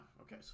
Okay